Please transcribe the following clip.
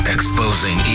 Exposing